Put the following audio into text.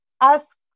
ask